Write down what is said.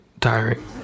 tiring